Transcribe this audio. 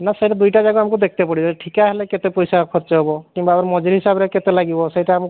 ନା ସେ ଦୁଇଟା ଜାଗା ଆମକୁ ଦେଖତେ ପଡ଼ିବ ଠିକା ହେଲେ କେତେ ପଇସା ଖର୍ଚ୍ଚ ହେବ କିମ୍ବା ମଜୁରି ହିସାବରେ କେତେ ଲାଗିବ ସେଇଟା ଆମକୁ